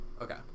Okay